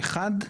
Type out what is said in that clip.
תקן אחד?